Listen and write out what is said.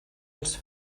els